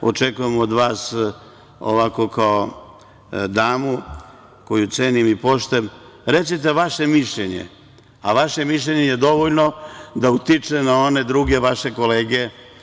Očekujem od vas, ovako kao od dame koju cenim i poštujem, recite vaše mišljenje, a vaše mišljenje je dovoljno da utiče na one druge vaše kolege.